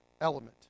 element